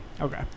Okay